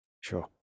Sure